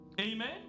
Amen